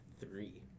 three